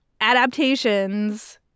adaptations